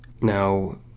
Now